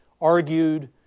argued